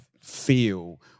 feel